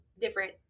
different